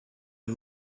est